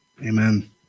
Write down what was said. amen